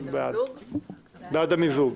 בעד המיזוג.